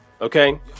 okay